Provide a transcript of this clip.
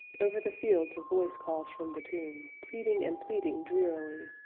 over the fields a voice calls from the tomb, pleading and pleading drearily,